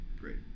Great